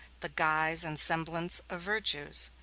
the guise and semblance of virtues.